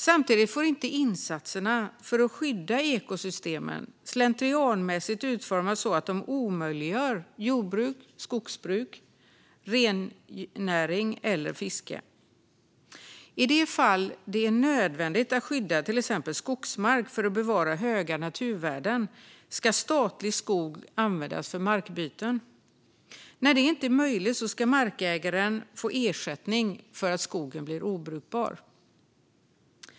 Samtidigt får inte insatserna för att skydda ekosystemen slentrianmässigt utformas så att de omöjliggör jordbruk, skogsbruk, rennäring eller fiske. I de fall det är nödvändigt att skydda till exempel skogsmark för att bevara höga naturvärden ska statlig skog användas för markbyten. När det inte är möjligt ska markägaren få ersättning för att skogen blir obrukbar.